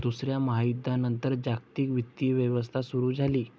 दुसऱ्या महायुद्धानंतर जागतिक वित्तीय व्यवस्था सुरू झाली